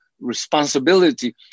responsibility